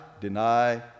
deny